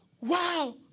wow